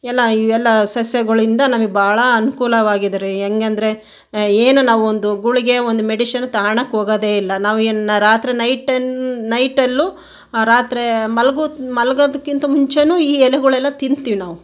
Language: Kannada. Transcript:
ಎಲ್ಲ ಇವೆಲ್ಲ ಸಸ್ಯಗಳಿಂದ ನಮಗೆ ಬಹಳ ಅನುಕೂಲವಾಗಿದೆ ರೀ ಹೇಗೆಂದರೆ ಏನು ನಾವೊಂದು ಗುಳಿಗೆ ಒಂದು ಮೆಡಿಶಿನ್ ತಗಳಕ್ಕೆ ಹೋಗೋದೇ ಇಲ್ಲ ನಾವೇನು ರಾತ್ರಿ ನೈಟ್ ನೈಟಲ್ಲು ರಾತ್ರಿ ಮಲ್ಗೂತ್ ಮಲಗೋದಕ್ಕಿಂತ ಮುಂಚೇನೂ ಈ ಎಲೆಗಳೆಲ್ಲ ತಿಂತೀವಿ ನಾವು